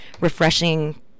refreshing